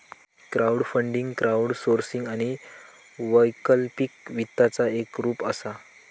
crowdfunding crowdsourcing आणि वैकल्पिक वित्ताचा एक रूप असा